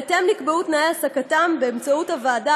בהתאם נקבעו תנאי העסקתם באמצעות הוועדה